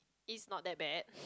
it's not that bad